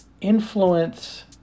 influence